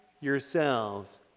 yourselves